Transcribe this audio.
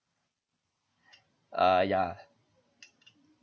ah ya